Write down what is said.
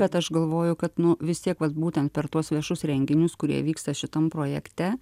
bet aš galvoju kad nu vis tiek vat būtent per tuos viešus renginius kurie vyksta šitam projekte